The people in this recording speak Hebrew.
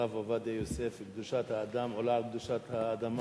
הרב עובדיה יוסף: קדושת האדם עולה על קדושת האדמה.